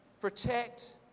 Protect